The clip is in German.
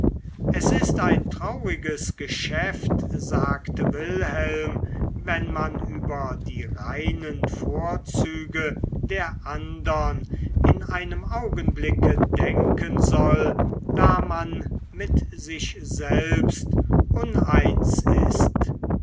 es ist ein trauriges geschäft sagte wilhelm wenn man über die reinen vorzüge der andern in einem augenblicke denken soll da man mit sich selbst uneins ist